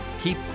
keep